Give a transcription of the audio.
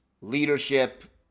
leadership